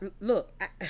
look